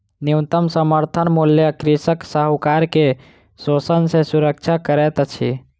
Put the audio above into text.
न्यूनतम समर्थन मूल्य कृषक साहूकार के शोषण सॅ सुरक्षा करैत अछि